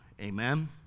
Amen